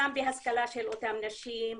גם בהשכלה של אותן נשים,